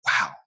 wow